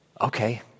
okay